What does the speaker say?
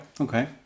Okay